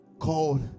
called